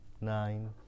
nine